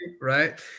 right